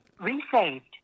Resaved